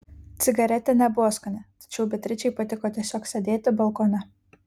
cigaretė nebuvo skani tačiau beatričei patiko tiesiog sėdėti balkone